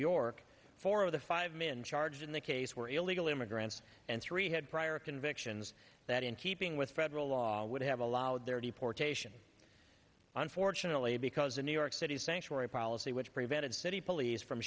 york four of the five men charged in the case were illegal immigrants and three had convictions that in keeping with federal law would have allowed their deportation unfortunately because of new york city sanctuary policy which prevented city police from